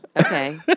Okay